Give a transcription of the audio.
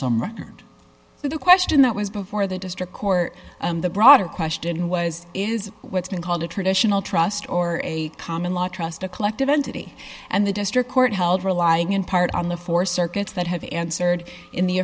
some record of the question that was before the district court the broader question was is what's been called a traditional trust or a common law trust a collective entity and the district court held relying in part on the four circuits that have answered in the